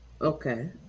okay